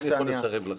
איך אני יכול לסרב לך?